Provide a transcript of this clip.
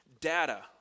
data